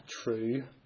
true